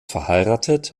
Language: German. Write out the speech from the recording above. verheiratet